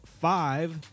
five